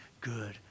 good